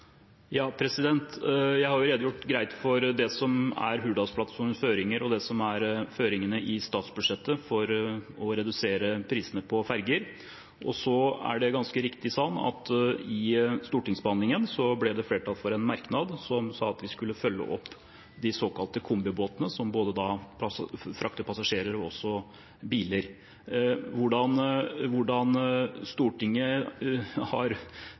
Jeg har redegjort greit for det som er Hurdalsplattformens føringer, og det som er føringene i statsbudsjettet for å redusere prisene på ferger. Og det er ganske riktig sånn at i stortingsbehandlingen ble det flertall for en merknad som sa at vi skulle følge opp de såkalte kombibåtene, som har plass til å frakte både passasjerer og biler. Hvordan Stortinget har